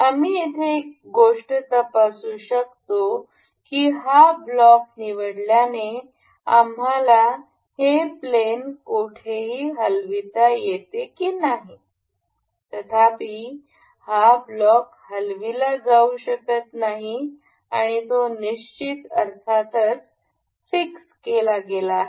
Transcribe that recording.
आम्ही येथे एक गोष्ट तपासू शकतो की हा ब्लॉक निवडल्याने आम्हाला हे प्लेन कोठेही हलवता येते की नाही तथापि हा ब्लॉक हलविला जाऊ शकत नाही आणि तो निश्चित अर्थातच फिक्स केला आहे